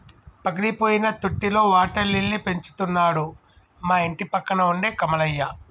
పగిలిపోయిన తొట్టిలో water lily పెంచుతున్నాడు మా ఇంటిపక్కన ఉండే కమలయ్య